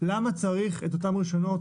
צריך את אותם רישיונות,